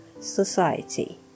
society